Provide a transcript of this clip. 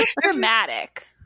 dramatic